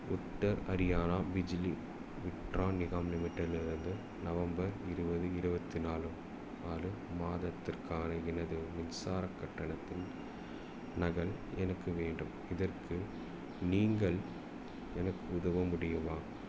உத்தர் ஹரியானா பிஜ்லி விட்ரான் நிகாம் லிமிட்டெடிலிருந்து நவம்பர் இருபது இருபத்தி நாலு நாலு மாதத்திற்கான எனது மின்சாரக் கட்டணத்தின் நகல் எனக்கு வேண்டும் இதற்கு நீங்கள் எனக்கு உதவ முடியுமா